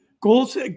goals